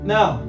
Now